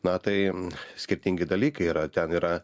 na tai skirtingi dalykai yra ten yra